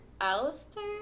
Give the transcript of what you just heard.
Alistair